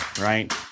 right